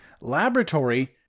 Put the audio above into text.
laboratory